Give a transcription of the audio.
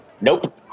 nope